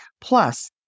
Plus